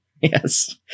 yes